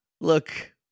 Look